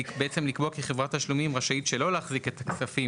בעצם לקבוע כי חברת תשלומים רשאית שלא להחזיק את הכספים,